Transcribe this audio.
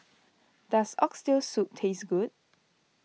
does Oxtail Soup taste good